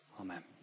Amen